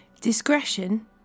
Discretion